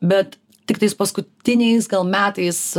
bet tik tais paskutiniais metais